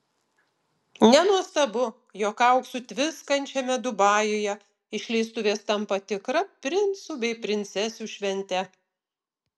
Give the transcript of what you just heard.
nenuostabu jog auksu tviskančiame dubajuje išleistuvės tampa tikra princų bei princesių švente